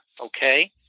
Okay